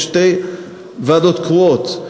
יש שתי ועדות קרואות,